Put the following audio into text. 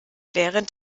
während